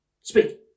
Speak